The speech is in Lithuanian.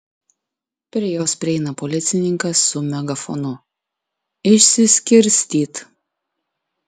prie jos prieina policininkas su megafonu išsiskirstyt